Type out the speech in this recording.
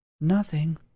Nothing